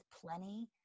plenty